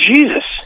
Jesus